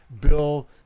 Bill